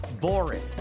boring